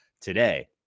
today